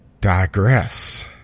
digress